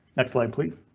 next line please.